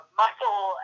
muscle